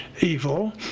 evil